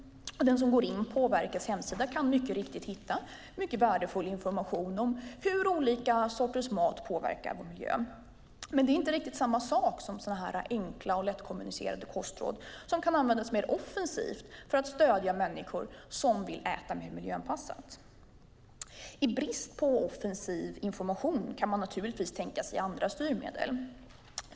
Den som går in på verkets hemsida kan mycket riktigt hitta mycket värdefull information om hur olika sorters mat påverkar miljön. Men det är inte riktigt samma sak som enkla och lättkommunicerade kostråd som kan användas mer offensivt för att stödja människor som vill äta mer miljöanpassat. I brist på offensiv information kan man naturligtvis tänka sig andra styrmedel.